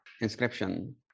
inscription